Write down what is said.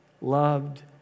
loved